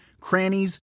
crannies